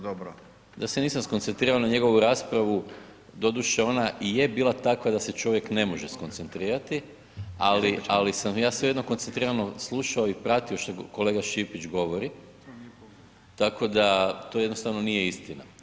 Da se nisam skoncentrirao na njegovu raspravu, doduše ona i je bila takva da se čovjek ne može skoncentrirati ali sam ja svejedno koncentrirano slušao i pratio što kolega Šipić govori tako da to jednostavno nije istina.